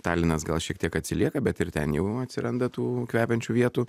talinas gal šiek tiek atsilieka bet ir ten jau atsiranda tų kvepiančių vietų